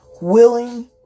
Willing